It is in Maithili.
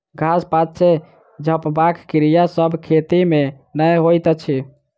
घास पात सॅ झपबाक क्रिया सभ खेती मे नै होइत अछि